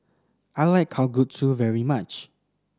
I like Kalguksu very much